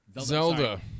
Zelda